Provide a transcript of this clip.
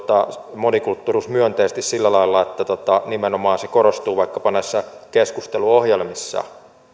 monikulttuurisuusmyönteisesti sillä lailla että nimenomaan tämä agenda korostuu vaikkapa näissä keskusteluohjelmissa